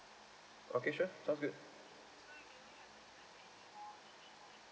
okay sure sounds good